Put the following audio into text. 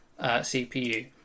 CPU